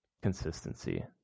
consistency